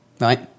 Right